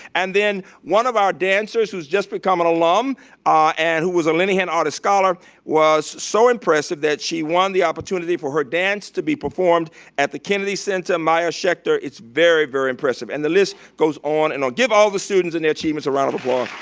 and then one of our dancers who's just become an alum and who was a linehan artist scholar was so impressive that she won the opportunity for her dance to be performed at the kennedy center. maia schechter, it's very, very impressive. and the list goes on and on. give all the students and their achievements a round of applause.